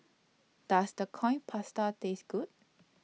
Does The Coin Pasta Taste Good